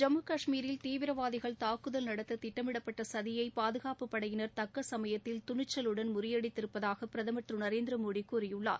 ஜம்மு கஷ்மீர் மாநிலத்தில் தாக்குதல் நடத்த திட்டமிடப்பட்ட சதியை பாதுகாப்புப்படையினர் தக்க சமயத்தில் துணிச்சலுடன் முறியடித்திருப்பதாக பிரதமர் திரு நரேந்திரமோடி கூறியுள்ளார்